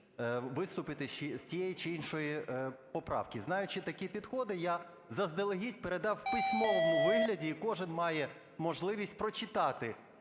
виступити з тієї чи іншої поправки, знаючи такі підходи, я заздалегідь передав в письмовому вигляді, і кожен має можливість прочитати